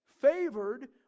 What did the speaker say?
favored